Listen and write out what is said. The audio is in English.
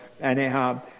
anyhow